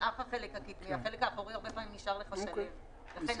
נמעך החלק הקדמי והרבה פעמים החלק האחורי נשאר שלם.